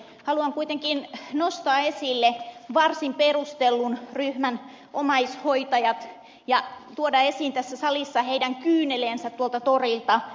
haluan kuitenkin nostaa esille varsin perustellun ryhmän omaishoitajat ja tuoda esiin tässä salissa heidän kyyneleensä tuolta torilta